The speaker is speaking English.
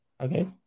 okay